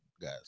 guys